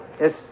Yes